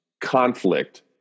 conflict